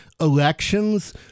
elections